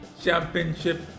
Championship